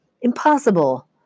Impossible